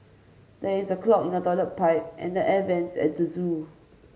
there is a clog in the toilet pipe and the air vents at the zoo